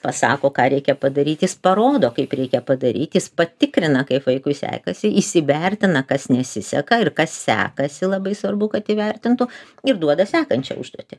pasako ką reikia padaryt jis parodo kaip reikia padaryti jis patikrina kaip vaikui sekasi įsivertina kas nesiseka ir kas sekasi labai svarbu kad įvertintų ir duoda sekančią užduotį